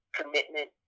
commitment